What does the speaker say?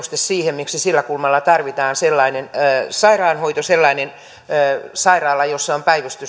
siihen miksi sillä kulmalla tarvitaan sellainen sairaanhoito sellainen sairaala jossa on päivystystä ympärivuorokautisesti